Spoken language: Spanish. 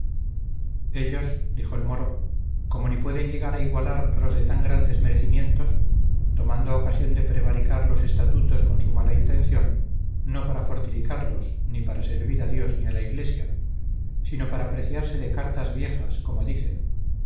ellos dijo el moro como ni pueden llegar a igualar a los de tan grandes merecimientos tomando ocasión de prevaricar los estatutos con su mala intención no para fortificarlos ni para servir a dios ni a la iglesia sino para preciarse de cartas viejas como dicen